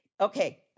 Okay